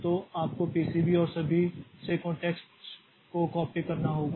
तो आपको पीसीबी और सभी से कॉंटेक्स्ट को कॉपी करना होगा